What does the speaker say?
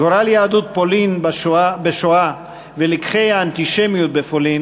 גורל יהדות פולין בשואה ולקחי האנטישמיות בפולין